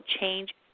change